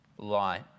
Light